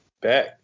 back